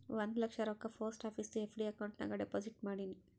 ಒಂದ್ ಲಕ್ಷ ರೊಕ್ಕಾ ಪೋಸ್ಟ್ ಆಫೀಸ್ದು ಎಫ್.ಡಿ ಅಕೌಂಟ್ ನಾಗ್ ಡೆಪೋಸಿಟ್ ಮಾಡಿನ್